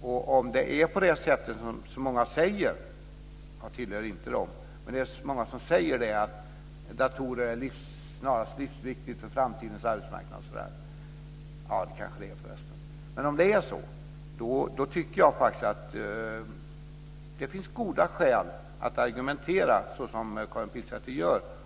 och om det är på det sättet som många säger - jag tillhör inte dem - att datorer är snarast livsviktiga för framtidens arbetsmarknad, tycker jag att det finns goda skäl att argumentera så som Karin Pilsäter gör.